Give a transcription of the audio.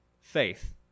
faith